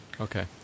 Okay